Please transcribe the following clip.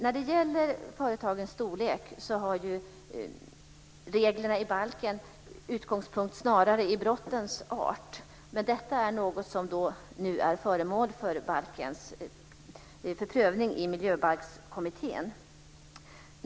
När det gäller företagens storlek har reglerna i balken utgångspunkt snarare i brottets art. Men detta är något som nu är föremål för prövning i Miljöbalkskommittén.